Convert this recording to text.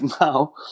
now